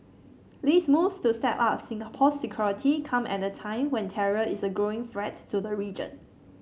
these moves to step up Singapore's security come at a time when terror is a growing threat to the region